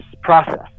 process